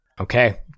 Okay